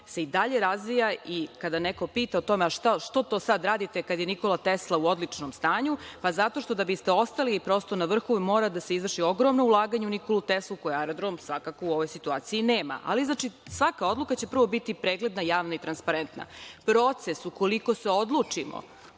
se i dalje razvija. Kada neko pita što to sada radite, kada je „Nikola Tesla“ u odličnom stanju, pa zato što da bi ste ostali na vrhu mora da se izvrši ogromno ulaganje u „Nikolu Teslu“ koje aerodrom u ovoj situaciji nema. Znači, svaka odluka će biti pregledna, javna i transparentna. Proces, ukoliko se odlučimo